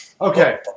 Okay